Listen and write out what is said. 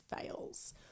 Fails